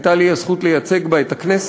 הייתה לי הזכות לייצג בה את הכנסת.